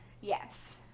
Yes